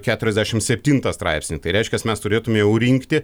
keturiasdešim septintą straipsnį tai reiškias mes turėtume jau rinkti